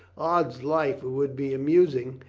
ods life, it would be amusing.